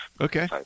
Okay